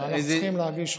ואנחנו צריכים להגיש חוק.